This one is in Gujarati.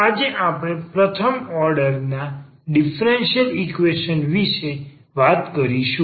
આજે આપણે પ્રથમ ઓર્ડર ના ડીફરન્સીયલ ઈકવેશન વિશે વાત કરીશું